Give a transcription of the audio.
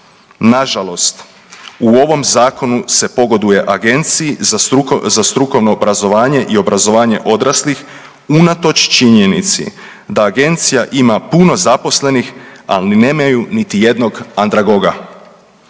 Nažalost, u ovom zakonu se pogoduje Agenciji za strukovno obrazovanje i obrazovanje odraslih unatoč činjenici da agencija ima puno zaposlenih, a nemaju niti jednog andragoga.